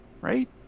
right